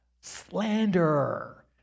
slanderer